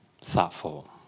thoughtful